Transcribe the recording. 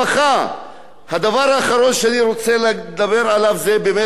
הדבר האחרון שאני רוצה לדבר עליו זה באמת האוכלוסייה הערבית.